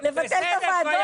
היחיד.